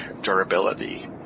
durability